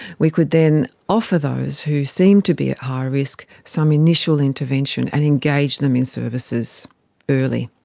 we could then offer those who seem to be at high risk some initial intervention and engage them in services early.